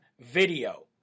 video